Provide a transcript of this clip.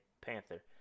panther